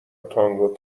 تانگو